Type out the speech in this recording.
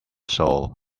soul